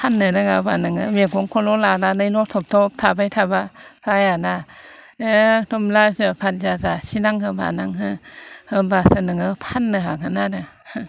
फाननो रोङाबा नोङो मैगंखौल' लानानै लथब थब थाबाय थाबा जायाना एकद'म लाजिया फाजिया जासिनांगौ मानांगौ होनबासो नोङो फाननो हागोन आरो